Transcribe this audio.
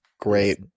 great